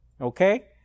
Okay